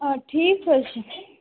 آ ٹھیٖک حظ چھُ